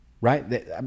Right